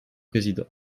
président